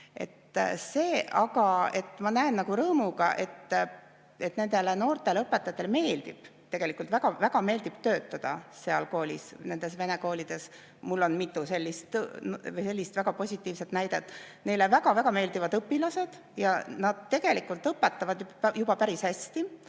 Ma näen rõõmuga, et nendele noortele õpetajatele meeldib tegelikult, väga meeldib töötada nendes vene koolides. Mul on mitu sellist väga positiivset näidet. Neile väga-väga meeldivad õpilased ja nad tegelikult õpetavad juba päris hästi